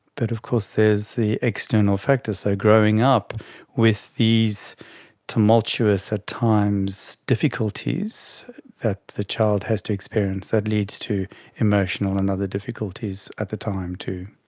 of course there's the external factor, so growing up with these tumultuous at times difficulties that the child has to experience, that leads to emotional and other difficulties at the time too.